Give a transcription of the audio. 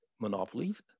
monopolies